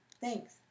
thanks